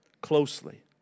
closely